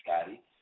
Scotty